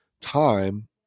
time